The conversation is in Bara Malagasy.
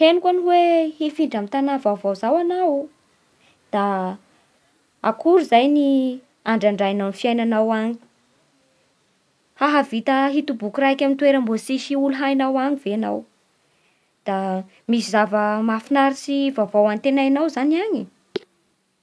Henoko an'ny hoe hifindra amn'ny tanà vaovao zao anao da akory zany ny handradranao ny fiainanao any? Hahavita hitoboky raiky amin'ny toera mbo tsy misy olo hainao any ve enao? Da misy zavatsy mahafinaritsy vaovao antenainao zany any?